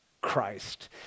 Christ